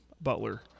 Butler